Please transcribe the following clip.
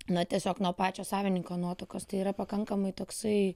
na tiesiog nuo pačio savininko nuotakos tai yra pakankamai toksai